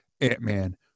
Ant-Man